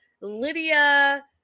Lydia